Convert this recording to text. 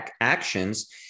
actions